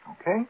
okay